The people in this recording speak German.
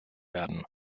werden